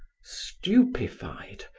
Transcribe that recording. stupefied,